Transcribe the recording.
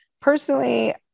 personally